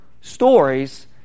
stories